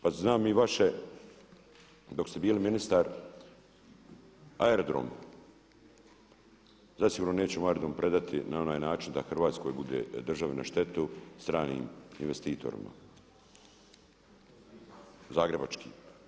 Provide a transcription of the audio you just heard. Pa znam i vaše dok ste bili ministar aerodrom, zasigurno nećemo aerodrom predati na onaj način da Hrvatskoj državi bude na štetu stranim investitorima, zagrebački.